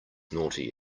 naughty